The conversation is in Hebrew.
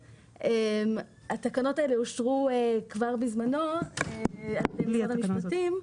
התקנות האלה אושרו בזמנו על ידי משרד המשפטים.